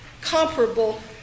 comparable